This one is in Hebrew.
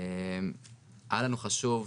היה לנו חשוב,